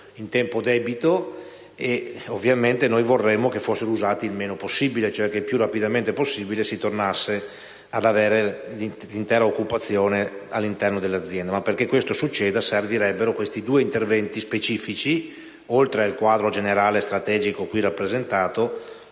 in tempo debito, ma ovviamente noi vorremmo che fossero usati il meno possibile, cioè che il più rapidamente possibile si tornasse ad avere l'intera occupazione all'interno dell'azienda. Ma, perché questo succeda, servirebbero questi due interventi specifici, oltre al quadro generale strategico qui rappresentato,